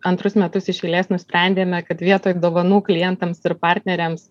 antrus metus iš eilės nusprendėme kad vietoj dovanų klientams ir partneriams